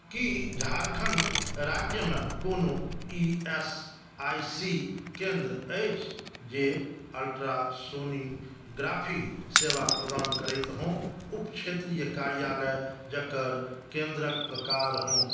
की झारखण्ड राज्यमे कोनो E S I C केंद्र अछि जे अल्ट्रासोनोग्राफी सेवा प्रदान करैत हो उप क्षेत्रीय कर्यालय जकर केंद्रक प्रकार हो